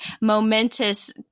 momentous